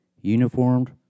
uniformed